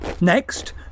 Next